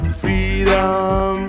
freedom